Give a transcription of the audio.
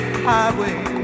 highway